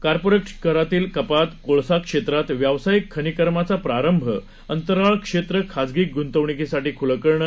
कार्परिट करातली कपात कोळसा क्षेत्रात व्यावसायिक खनिकर्माचा प्रारंभ अंतराळ क्षेत्र खाजगी ग्ंतवणूकीसाठी ख्लं करणं